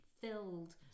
filled